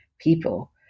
people